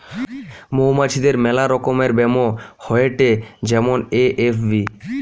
মৌমাছিদের মেলা রকমের ব্যামো হয়েটে যেমন এ.এফ.বি